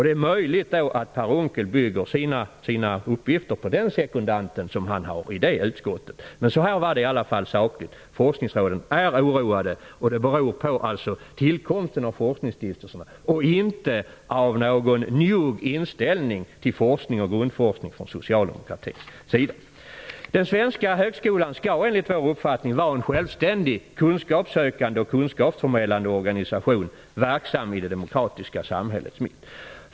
Det är möjligt att Per Unckel bygger sina uppgifter på den sekundant som han har i detta utskott. Så var det i alla fall. Forskningsråden är oroade, och det beror på tillkomsten av forskningsstiftelserna och inte på någon njugg inställning till forskning och grundforskning från socialdemokratins sida. Den svenska högskolan skall enligt vår uppfattning vara en självständig kunskapssökande och kunskapsförmedlande organisation, verksam i det demokratiska samhällets mitt.